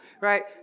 right